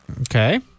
Okay